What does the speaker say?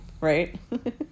Right